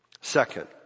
Second